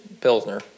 pilsner